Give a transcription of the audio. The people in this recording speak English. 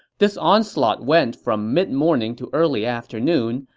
this onslaught went from mid-morning to early afternoon,